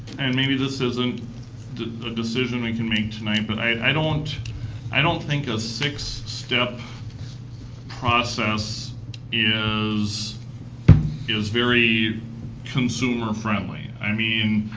and maybe this isn't a decision we can make tonight, but i don't i don't think a six step process is is very consumer friendly. i mean,